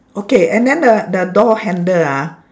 okay and then the the door handle ah